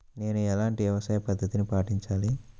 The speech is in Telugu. నేను ఎలాంటి వ్యవసాయ పద్ధతిని పాటించాలి?